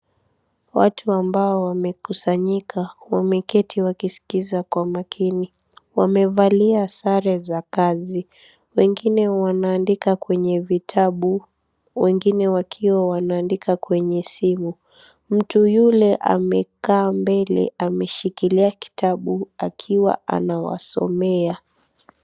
Watu ambao wamekusanyika. Wameketi wakiskiza kwa umakini. Wamevalia sare za kazi. Wengine wanaandika kwenye vitabu, wengine wakiwa wanaandika kwenye simu. Mtu yule amekaa mbele ameshikilia kitabu akiwa anawasomea.